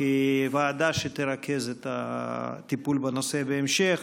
כוועדה שתרכז את הטיפול בהמשך.